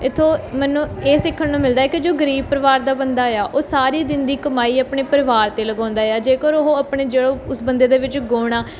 ਇਹ ਤੋਂ ਮੈਨੂੰ ਇਹ ਸਿੱਖਣ ਨੂੰ ਮਿਲਦਾ ਕਿ ਜੋ ਗਰੀਬ ਪਰਿਵਾਰ ਦਾ ਬੰਦਾ ਏ ਆ ਉਹ ਸਾਰੀ ਦਿਨ ਦੀ ਕਮਾਈ ਆਪਣੇ ਪਰਿਵਾਰ 'ਤੇ ਲਗਾਉਂਦਾ ਏ ਆ ਜੇਕਰ ਉਹ ਆਪਣੇ ਜੋ ਉਸ ਬੰਦੇ ਦੇ ਵਿੱਚ ਗੁਣ ਆ